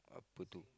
I put two